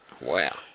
Wow